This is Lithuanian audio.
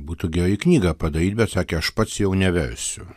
būtų gerai knygą padaryt bet sakė aš pats jau neversiu